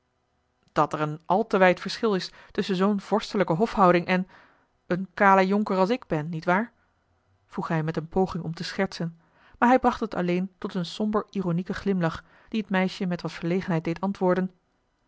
dat er een al te wijd verschil is tusschen zoo'n vorstelijke hofhouding en een kalen jonker als ik ben niet waar vroeg hij met eene poging om te schertsen maar hij bracht het alleen tot een somber ironieken glimlach die het meisje met wat verlegenheid deed antwoorden